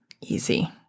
easy